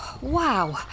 wow